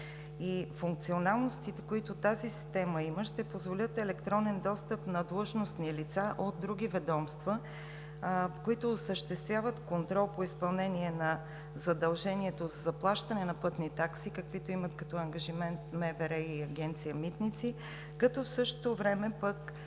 Функционалностите, които тази система има, ще позволят електронен достъп на длъжностни лица от други ведомства, които осъществяват контрол по изпълнението на задължението за заплащане на пътни такси, каквито имат като ангажимент МВР и Агенция „Митници“. В същото време